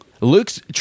Luke's